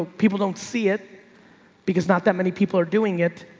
people don't see it because not that many people are doing it,